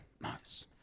Nice